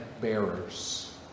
bearers